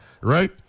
right